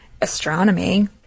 astronomy